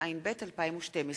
התשע"ב 2012,